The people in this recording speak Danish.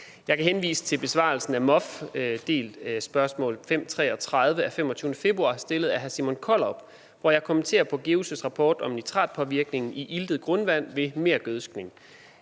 Jeg kan henvise til besvarelsen af MOF, alm. del, spørgsmål 533 af 25. februar stillet af hr. Simon Kollerup, hvor jeg kommenterer GEUS' rapport om nitratpåvirkningen i iltet grundvand ved mergødskning.